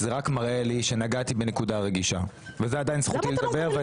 זה רק מראה לי שנגעתי בנקודה רגישה ועדיין זכותי לדבר.